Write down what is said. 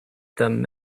them